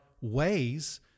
ways